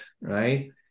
right